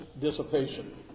dissipation